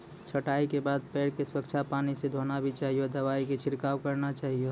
छंटाई के बाद पेड़ क स्वच्छ पानी स धोना भी चाहियो, दवाई के छिड़काव करवाना चाहियो